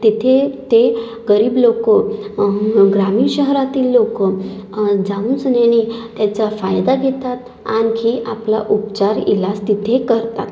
तेथे ते गरीब लोक ग्रामीण शहरातील लोक जाऊनसनी आणि त्याचा फायदा घेतात आणखी आपला उपचार इलाज तिथे करतात